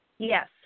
Yes